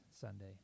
Sunday